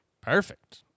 perfect